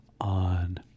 on